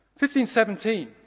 1517